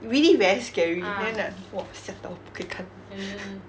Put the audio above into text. really very scary then like !wah! 吓到不可以看